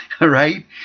Right